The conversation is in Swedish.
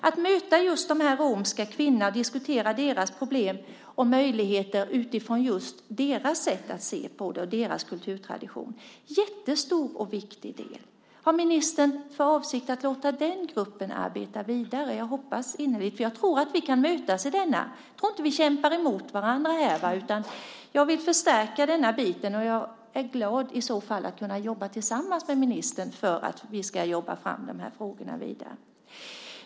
Att möta de här romska kvinnorna och diskutera deras problem och möjligheter utifrån just deras sätt att se på det, deras kulturtradition, är en jättestor och viktig del. Har ministern för avsikt att låta den här gruppen arbeta vidare? Jag hoppas innerligt det. Jag tror att vi kan mötas i denna del. Jag tror inte att vi kämpar emot varandra här. Jag vill förstärka denna bit, och jag är glad att i så fall kunna jobba tillsammans med ministern för att ta de här frågorna vidare.